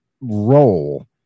role